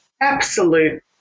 absolute